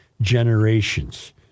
generations